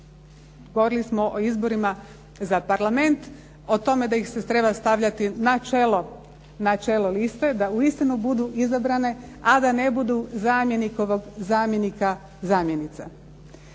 Govorili smo o izborima za Parlament, o tome da ih se treba stavljati na čelo liste, da uistinu budu izabrane, a da ne budu zamjenikovog zamjenika